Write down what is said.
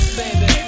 baby